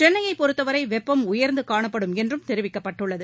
சென்னையைப் பொறுத்தவரை வெப்பம் உயர்ந்து காணப்படும் என்றும் தெரிவிக்கப்பட்டுள்ளது